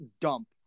dump